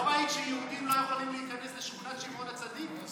לא ראית שיהודים לא יכולים להיכנס לשכונת שמעון הצדיק?